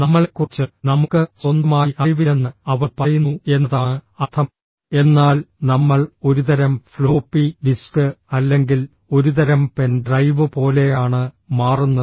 നമ്മളെക്കുറിച്ച് നമുക്ക് സ്വന്തമായി അറിവില്ലെന്ന് അവൾ പറയുന്നു എന്നതാണ് അർത്ഥം എന്നാൽ നമ്മൾ ഒരുതരം ഫ്ലോപ്പി ഡിസ്ക് അല്ലെങ്കിൽ ഒരുതരം പെൻ ഡ്രൈവ് പോലെയാണ് മാറുന്നത്